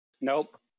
Nope